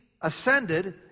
ascended